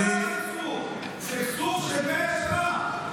100 שנה סכסוך, סכסוך של 100 שנה.